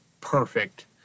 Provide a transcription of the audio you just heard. perfect